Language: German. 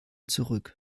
zurück